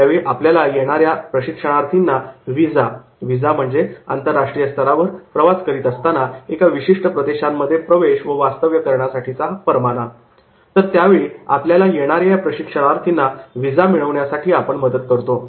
त्यावेळी आपल्याला येणाऱ्या प्रशिक्षणार्थींना विजा Visa आंतरराष्ट्रीय स्तरावर प्रवास करीत असताना एका विशिष्ट प्रदेशांमध्ये प्रवेश व वास्तव्य करण्यासाठीचा परवाना मिळवण्याकरिता आपण मदत करतो